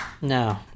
No